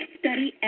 study